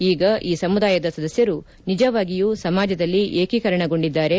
ಈಗ ಈ ಸಮುದಾಯದ ಸದಸ್ಯರು ನಿಜವಾಗಿಯೂ ಸಮಾಜದಲ್ಲಿ ಏಕೀಕರಣಗೊಂಡಿದ್ದಾರೆ